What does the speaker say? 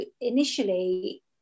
initially